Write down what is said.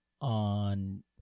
on